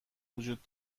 وجود